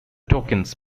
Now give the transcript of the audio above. tokens